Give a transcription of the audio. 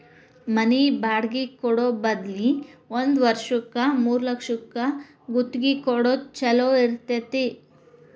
ಮನಿ ಬಾಡ್ಗಿ ಕೊಡೊ ಬದ್ಲಿ ಒಂದ್ ವರ್ಷಕ್ಕ ಮೂರ್ಲಕ್ಷಕ್ಕ ಗುತ್ತಿಗಿ ಕೊಡೊದ್ ಛೊಲೊ ಇರ್ತೆತಿ